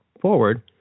forward